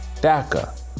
DACA